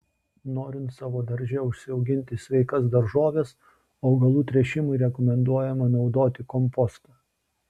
norint savo darže užsiauginti sveikas daržoves augalų tręšimui rekomenduojama naudoti kompostą